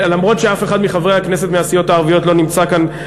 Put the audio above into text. למרות שאף אחד מחברי הכנסת מהסיעות הערביות לא נמצא כאן,